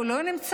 הוא לא נמצא,